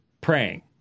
praying